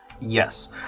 yes